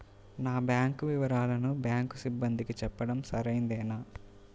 నా బ్యాంకు వివరాలను బ్యాంకు సిబ్బందికి చెప్పడం సరైందేనా?